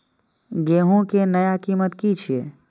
गेहूं के नया कीमत की छे?